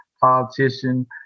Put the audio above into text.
politician